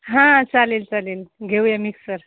हां चालेल चालेल घेऊया मिक्सर